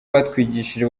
batwigishije